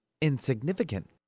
insignificant